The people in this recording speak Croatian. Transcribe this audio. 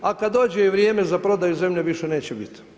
A kada i dođe vrijeme za prodaju, zemlje više neće biti.